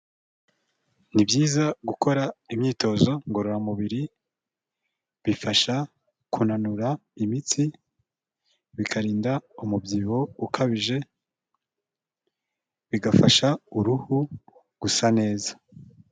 Ni byiza gukora imyitozo ngororamubiri, bifasha kunanura imitsi, bikarinda umubyibuho ukabije, bigafasha uruhu kumera neza.